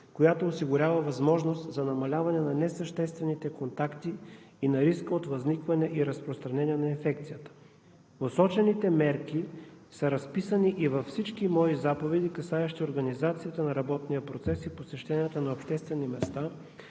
която осигурява възможност за намаляване на несъществените контакти и на риска от възникване и разпространение на инфекцията. Посочените мерки са разписани и във всички мои заповеди, касаещи организацията на работния процес и посещенията на обществени места,